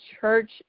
church